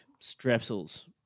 strepsils